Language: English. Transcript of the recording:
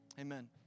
amen